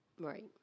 Right